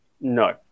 No